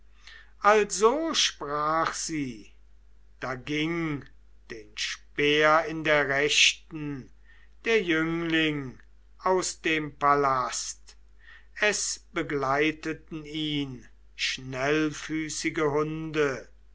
also sprach sie da ging den speer in der rechten der jüngling aus dem palast es begleiteten ihn schnellfüßige hunde